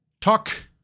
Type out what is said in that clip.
talk